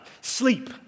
sleep